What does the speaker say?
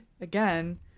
again